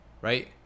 right